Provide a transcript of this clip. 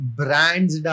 brands